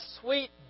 sweet